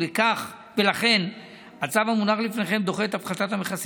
וכולנו צריכים להמשיך לעבוד הלאה.